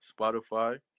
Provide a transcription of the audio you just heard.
Spotify